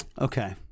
Okay